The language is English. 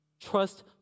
Trust